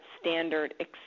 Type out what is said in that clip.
standard